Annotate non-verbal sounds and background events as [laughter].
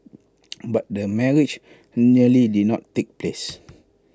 [noise] but the marriage nearly did not take place